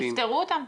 תפתרו אותם.